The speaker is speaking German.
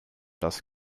das